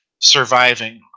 surviving